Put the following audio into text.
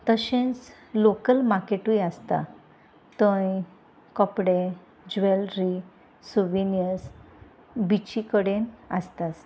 तशेंच लोकल मार्केटूय आसता थंय कपडे ज्वेलरी सुविनियर्स बिची कडेन आसताच